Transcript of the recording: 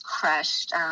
crushed